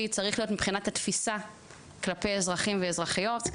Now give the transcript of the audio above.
צריך להיות מבחינת התפיסה כלפי אזרחים ואזרחיות,